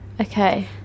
Okay